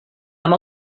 amb